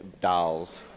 dolls